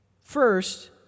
First